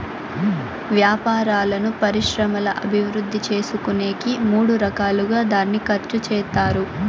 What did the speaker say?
వ్యాపారాలను పరిశ్రమల అభివృద్ధి చేసుకునేకి మూడు రకాలుగా దాన్ని ఖర్చు చేత్తారు